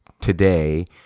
today